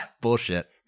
Bullshit